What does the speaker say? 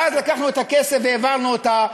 ואז לקחנו את הכסף והעברנו אותו,